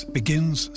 begins